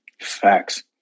Facts